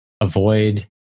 avoid